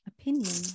opinion